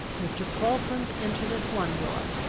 mr. falkland entered at one door,